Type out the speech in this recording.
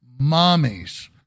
mommies